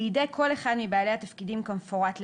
לידי כל אחד מבעלי התפקידים כמפורט להלן,